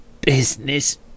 business